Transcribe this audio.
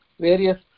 various